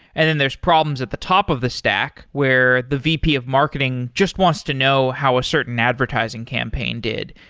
and then there's problems at the top of the stack where the vp of marketing just wants to know how a certain advertising campaign did,